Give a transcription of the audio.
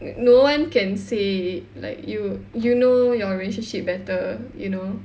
mm no one can say like you you know your relationship better you know